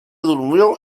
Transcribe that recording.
durmió